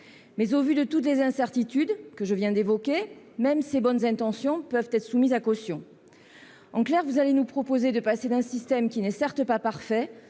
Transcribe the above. Mais, au vu de toutes les incertitudes que je viens d'évoquer, même ces bonnes intentions peuvent être soumises à caution. En clair, vous allez nous proposer de passer d'un système qui n'est certes pas parfait